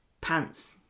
pants